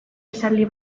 esaldi